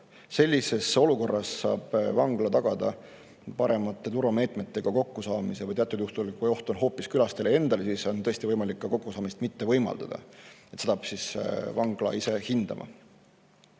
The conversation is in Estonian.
sellises olukorras saab vangla tagada paremate turvameetmetega kokkusaamise või teatud juhtudel, kui oht on hoopis külastajale endale, on tõesti võimalik ka kokkusaamist mitte võimaldada. Seda peab vangla ise hindama.